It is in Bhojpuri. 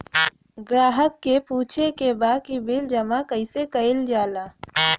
ग्राहक के पूछे के बा की बिल जमा कैसे कईल जाला?